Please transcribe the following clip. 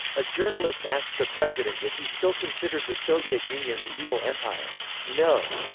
a journalist asked the president if he still considered the soviet union the evil empire. no,